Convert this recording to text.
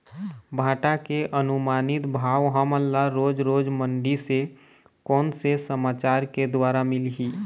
भांटा के अनुमानित भाव हमन ला रोज रोज मंडी से कोन से समाचार के द्वारा मिलही?